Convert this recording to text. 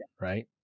right